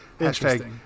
hashtag